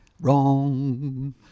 wrong